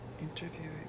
Interviewing